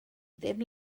ddim